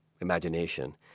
imagination